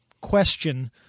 question